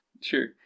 sure